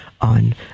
on